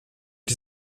die